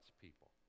people